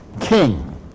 king